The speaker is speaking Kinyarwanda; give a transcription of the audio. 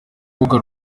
rubuga